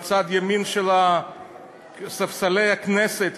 בצד ימין של ספסלי הכנסת,